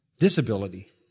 Disability